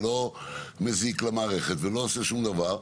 לא מזיק למערכת ולא עושה שום דבר,